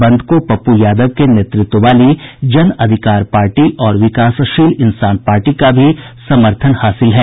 बंद को पप्पू यादव के नेतृत्व वाली जन अधिकारी पार्टी और विकासशील इंसाफ पार्टी का भी समर्थन है